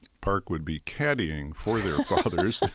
park would be caddying for their fathers,